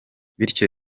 bityo